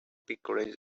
piccole